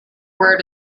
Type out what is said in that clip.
word